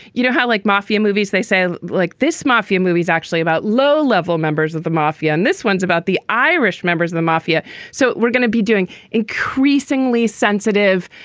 you know, how like mafia movies, they say like this mafia is actually about low level members of the mafia. and this one's about the irish members of the mafia so we're gonna be doing increasingly sensitive,